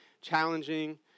challenging